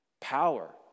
Power